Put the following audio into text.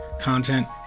content